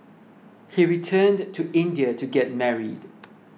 he returned to India to get married